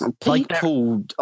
People